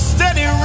Steady